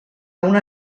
una